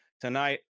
tonight